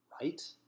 right